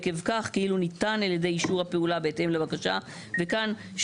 עקב כך כאילו ניתן על ידו אישור הפעולה בהתאם לבקשה." וכאן,